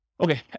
Okay